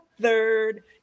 third